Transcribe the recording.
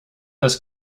das